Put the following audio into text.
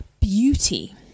beauty